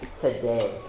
today